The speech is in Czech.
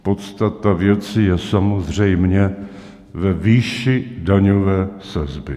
Podstata věci je samozřejmě ve výši daňové sazby.